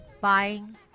buying